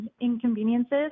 inconveniences